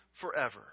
forever